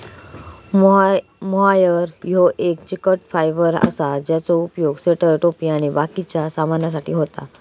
mohair ह्यो एक चिकट फायबर असा ज्याचो उपयोग स्वेटर, टोपी आणि बाकिच्या सामानासाठी होता